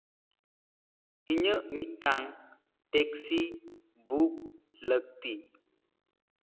ᱤᱧᱟᱹᱜ ᱢᱤᱫᱴᱟᱝ taxi book ᱞᱟᱹᱠᱛᱤ